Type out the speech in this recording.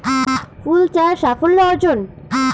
ফুল চাষ সাফল্য অর্জন?